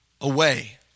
away